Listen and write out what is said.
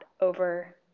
over